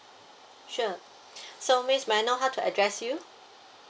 sure so miss may I know how to address you